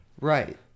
Right